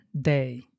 day